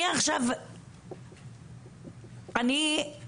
אני לא